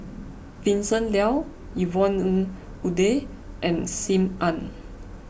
Vincent Leow Yvonne Ng Uhde and Sim Ann